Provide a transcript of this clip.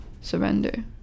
surrender